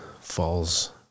falls